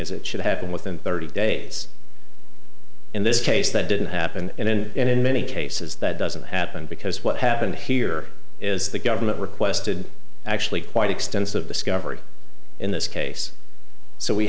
is it should happen within thirty days in this case that didn't happen and then in many cases that doesn't happen because what happened here is the government requested actually quite extensive discovery in this case so we